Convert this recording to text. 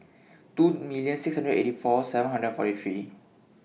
two million six hundred and eighty four seven hundred and forty three